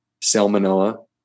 salmonella